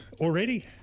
already